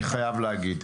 אני חייב להגיד.